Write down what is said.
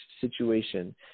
situation